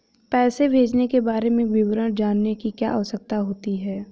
पैसे भेजने के बारे में विवरण जानने की क्या आवश्यकता होती है?